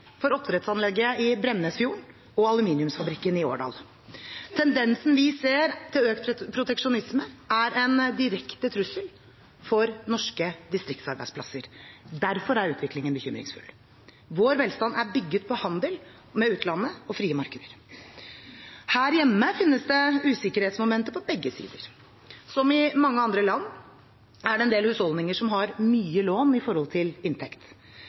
for oppdrettsanlegget i Bremsnesfjorden og aluminiumsfabrikken i Årdal. Tendensen vi ser til økt proteksjonisme, er en direkte trussel for norske distriktsarbeidsplasser. Derfor er utviklingen bekymringsfull. Vår velstand er bygd på handel med utlandet og frie markeder. Her hjemme finnes det usikkerhetsmomenter på begge sider. Som i mange andre land er det en del husholdninger som har mye lån i forhold til inntekt.